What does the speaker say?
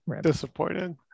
Disappointed